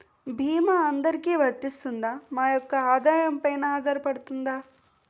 భీమా అందరికీ వరిస్తుందా? మా యెక్క ఆదాయం పెన ఆధారపడుతుందా?